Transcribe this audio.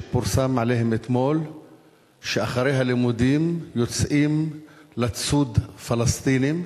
שפורסם עליהם אתמול שאחרי הלימודים יוצאים לצוד פלסטינים,